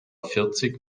vierzig